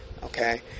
Okay